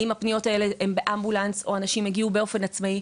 האם הפניות האלה הם באמבולנס או אנשים שהגיעו באופן עצמאי.